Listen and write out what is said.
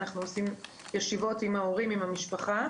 אנחנו עושים ישיבות עם ההורים והמשפחה.